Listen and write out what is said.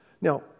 Now